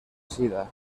sida